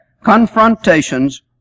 confrontations